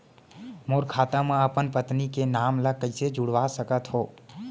मोर खाता म अपन पत्नी के नाम ल कैसे जुड़वा सकत हो?